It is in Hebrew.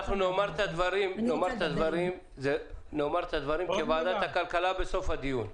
נאמר את הדברים בסוף הדיון.